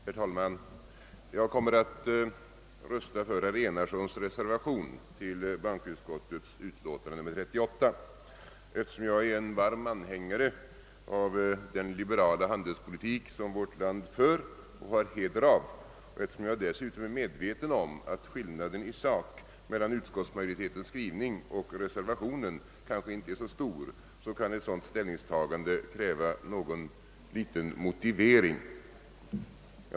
Herr talman! Jag kommer att rösta för herr Enarssons reservation vid bankoutskottets utlåtande nr 38. Eftersom jag är varm anhängare av den liberala handelspolitik som vårt land för, och som det har heder av och eftersom jag dessutom är medveten om att skillnaden i sak mellan utskottsmajoritetens skrivning och reservationens kanske inte är så stor kan ett sådant ställningstagande kräva en viss motivering.